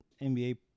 NBA